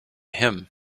him